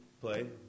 play